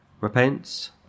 repent